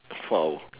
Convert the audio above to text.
foul